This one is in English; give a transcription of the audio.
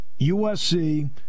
USC